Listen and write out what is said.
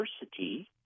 diversity